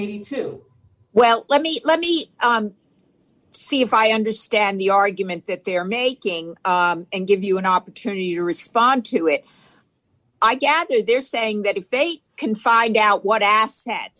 eighty two well let me let me see if i understand the argument that they're making and give you an opportunity to respond to it i gather they're saying that if they can find out what